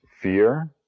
Fear